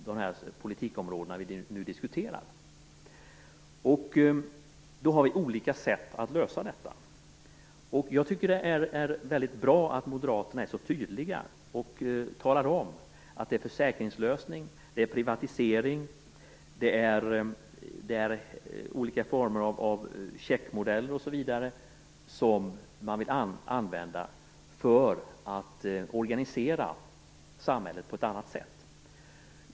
Däremot har vi olika förslag till lösningar. Det är bra att Moderaterna är så tydliga och talar om att det är försäkringslösning, privatisering, olika former av checkmodeller osv. som man vill använda för att organisera samhället på ett annat sätt.